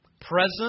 present